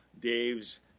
Dave's